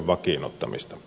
vakiinnuttamista